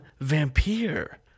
vampire